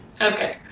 Okay